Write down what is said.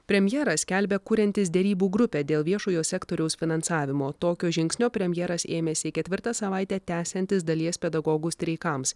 premjeras skelbia kuriantis derybų grupę dėl viešojo sektoriaus finansavimo tokio žingsnio premjeras ėmėsi ketvirtą savaitę tęsiantis dalies pedagogų streikams